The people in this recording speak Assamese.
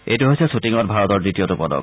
এইটো হৈছে শ্বুটিঙত ভাৰতৰ দ্বিতীয়টো পদক